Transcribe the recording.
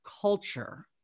culture